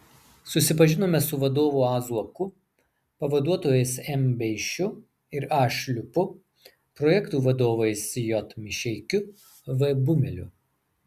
susipažinome su vadovu a zuoku pavaduotojais m beišiu ir a šliupu projektų vadovais j mišeikiu v bumeliu